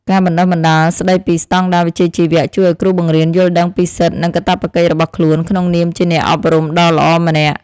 ការបណ្តុះបណ្តាលស្តីពីស្តង់ដារវិជ្ជាជីវៈជួយឱ្យគ្រូបង្រៀនយល់ដឹងពីសិទ្ធិនិងកាតព្វកិច្ចរបស់ខ្លួនក្នុងនាមជាអ្នកអប់រំដ៏ល្អម្នាក់។